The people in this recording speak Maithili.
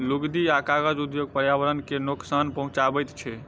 लुगदी आ कागज उद्योग पर्यावरण के नोकसान पहुँचाबैत छै